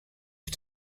for